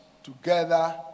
Together